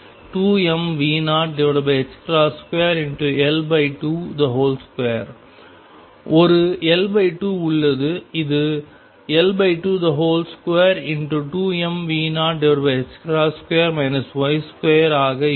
ஒரு L2 உள்ளது இது L222mV02 Y2ஆக இருக்கும்